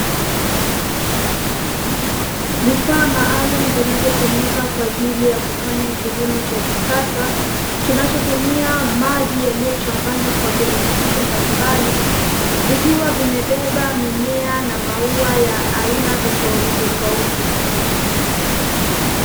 Vifaa maalumu vinavyotumika kwa ajili ya kufanya kilimo cha kisasa, kinachotumia maji yaliyochanganywa kwa virutubisho mbalimbali, vikiwa vimebeba mimea na maua ya aina tofautitofauti.